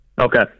Okay